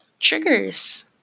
Triggers